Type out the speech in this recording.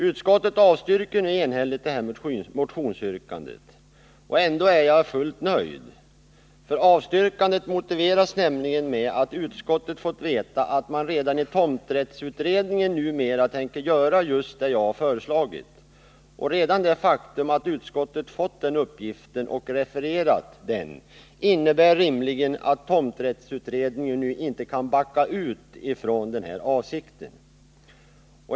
Utskottet avstyrker enhälligt det motionsyrkandet. Ändå är jag fullt nöjd. Avstyrkandet motiveras nämligen med att utskottet fått veta att man redan i tomträttsutredningen numera tänker göra just det jag föreslagit. Redan det faktum att utskottet fått den uppgiften och refererat den innebär rimligen att tomrättsutredningen nu inte kan backa ut från den avsikten.